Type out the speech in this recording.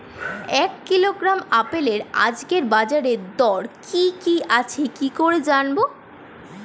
এক কিলোগ্রাম আপেলের আজকের বাজার দর কি কি আছে কি করে জানবো?